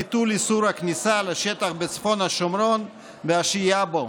(ביטול איסור הכניסה לשטח בצפון השומרון והשהייה בו),